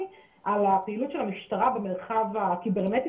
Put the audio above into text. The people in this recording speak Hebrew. על הפעילות של המשטרה במרחב הקיברנטי,